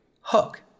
Hook